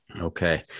Okay